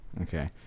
Okay